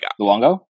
Luongo